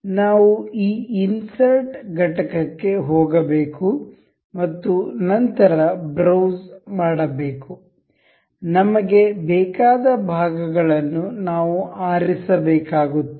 ನಾವು ಈ ಇನ್ಸರ್ಟ್ ಘಟಕಕ್ಕೆ ಹೋಗಬೇಕು ಮತ್ತು ನಂತರ ಬ್ರೌಸ್ ಮಾಡಬೇಕು ನಮಗೆ ಬೇಕಾದ ಭಾಗಗಳನ್ನು ನಾವು ಆರಿಸಬೇಕಾಗುತ್ತದೆ